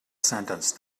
sentence